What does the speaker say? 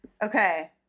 Okay